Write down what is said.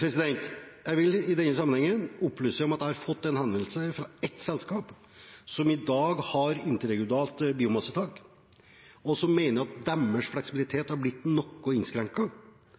Jeg vil i denne sammenheng opplyse om at jeg har fått en henvendelse fra et selskap som i dag har interregionalt biomassetak, og som mener at deres fleksibilitet har blitt